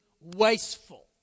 wasteful